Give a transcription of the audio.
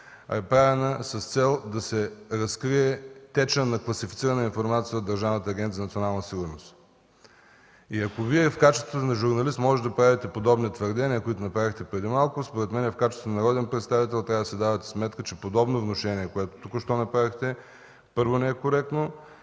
а е правена с цел да се разкрие течът на класифицирана информация от Държавната агенция „Национална сигурност”. Ако Вие в качеството на журналист можете да правите подобни твърдения, които направихте преди малко, според мен в качеството си на народен представител трябва да си давате сметка, че подобни внушения, които току-що направихте, първо, не е коректно,